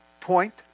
point